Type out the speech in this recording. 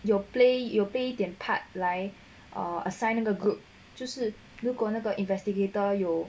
有 play 有 play 一点 part 来 or assign 那个 group 就是如果那个 investigator 有